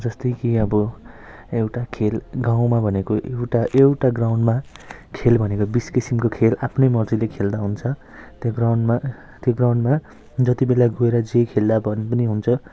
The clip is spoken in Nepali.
जस्तै कि अब एउटा खेल गाउँमा भनेको एउटा एउटा ग्राउन्डमा खेल भनेको बिस किसिमको खेल आफ्नै मर्जीले खेल्दा हुन्छ त्यो ग्राउन्डमा त्यो ग्राउन्डमा जति बेला गएर जे खेल्दा भन पनि हुन्छ